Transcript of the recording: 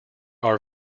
are